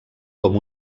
com